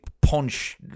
punch